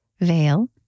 veil